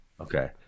Okay